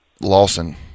Lawson